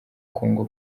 congo